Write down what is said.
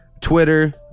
Twitter